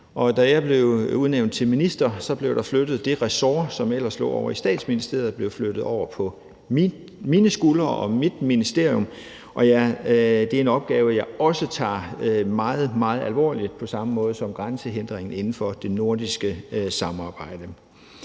Da jeg blev udnævnt til minister, blev det ressort, som ellers lå ovre i Statsministeriet, flyttet over på mine skuldre og mit ministerium, og det er en opgave, jeg også tager meget, meget alvorligt på samme måde som grænsehindringer inden for det nordiske samarbejde.